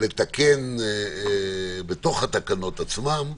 לתקן את התקנות עצמן,